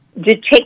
detect